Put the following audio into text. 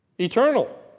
eternal